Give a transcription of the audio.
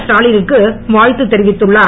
ஸ்டாவினுக்கு வாழ்த்து தெரிவித்துள்ளார்